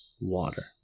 water